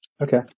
Okay